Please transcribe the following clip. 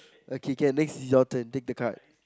okay can next is your turn take the card